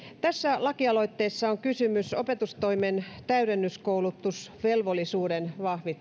tässä lakialoitteessa on kysymys opetustoimen täydennyskoulutusvelvollisuuden